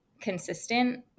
consistent